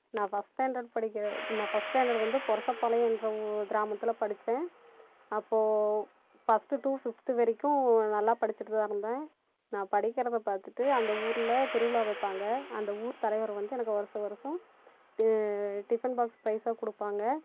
நான் first standard படிக்கிற நான் ஃபஸ்ட் ஸ்டேண்டர்டு வந்து பொரசபாளையம் என்ற ஊ கிராமத்தில் படித்தேன் அப்போது ஃபஸ்ர்ட் டூ ஃபிப்த் வரைக்கும் நல்லா படித்துட்டுதான் இருந்தேன் நான் படிக்கிறதை பார்த்துட்டு அந்த ஊரில் திருவிழா வைப்பாங்க அந்த ஊர் தலைவர் வந்து எனக்கு வருடா வருடம் டிபன் பாக்ஸ் பிரைஸாக கொடுப்பாங்க